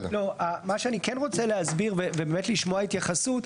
אבל מה שאני כן רוצה להסביר ובאמת לשמוע התייחסות,